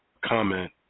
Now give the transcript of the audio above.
comment